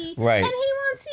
Right